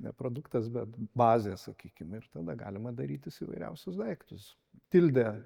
ne produktas bet bazė sakykim ir tada galima darytis įvairiausius daiktus tildė